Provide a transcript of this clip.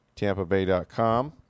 TampaBay.com